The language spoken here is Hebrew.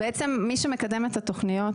בעצם מי שמקדם את התוכניות,